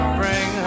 bring